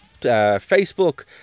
Facebook